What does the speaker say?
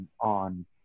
on